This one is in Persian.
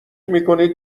میکنید